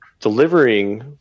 delivering